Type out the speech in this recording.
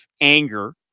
anger